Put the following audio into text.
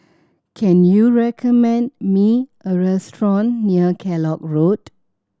can you recommend me a restaurant near Kellock Road